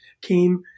came